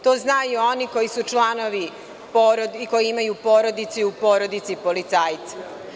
To znaju oni koji su članovi porodice, koji imaju porodicu i u porodici policajce.